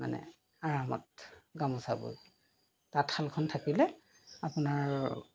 মানে আৰামত গামোচা বৈ তাঁতশালখন থাকিলে আপোনাৰ